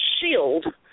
shield